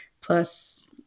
Plus